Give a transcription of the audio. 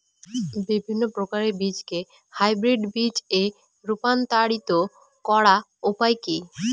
বিভিন্ন প্রকার বীজকে হাইব্রিড বীজ এ রূপান্তরিত করার উপায় কি?